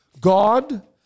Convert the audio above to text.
God